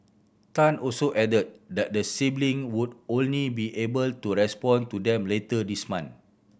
Tan also added that the sibling would only be able to respond to them later this month